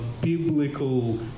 biblical